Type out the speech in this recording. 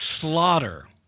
slaughter